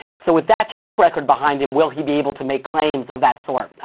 so with that track record behind, him will he be able to make claims of that sort?